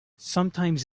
sometimes